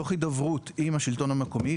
תוך הידברות עם השלטון המקומי,